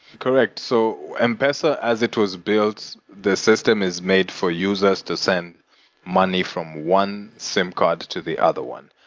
correct. so m-pesa, as it was built, this is system is made for users to send money from one sim card to the other one.